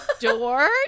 door